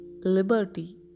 liberty